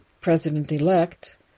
president-elect